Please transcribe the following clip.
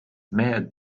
mehed